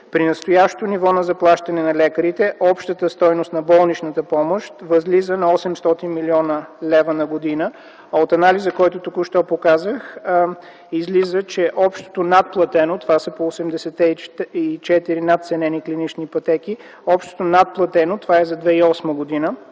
При настоящото ниво на заплащане на лекарите общата стойност на болничната помощ възлиза на 800 млн. лв. на година, а от анализа, който току-що показах, излиза, че общото надплатено – това са по 84-те надценени клинични пътеки, това е за 2008 г.,